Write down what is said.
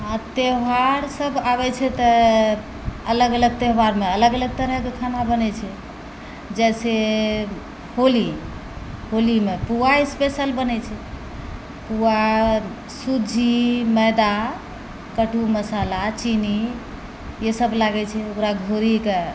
आओर त्यौहार सब आबै छै तऽ अलग अलग त्यौहारमे अलग अलग तरहके खाना बनै छै जैसे होली होलीमे पुआ स्पेशल बनै छै पुआ सुज्जी मैदा कटु मसाला चीनी ई सब लागै छै ओकरा घोरिके